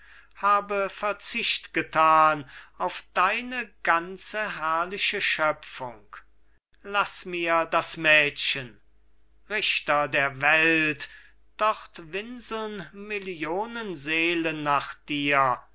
habe verzicht gethan auf deine ganze herrliche schöpfung laß mir das mädchen richter der welt dort winseln millionen seelen nach dir dorthin